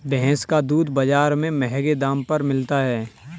भैंस का दूध बाजार में महँगे दाम पर मिलता है